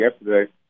yesterday